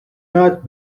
not